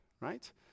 right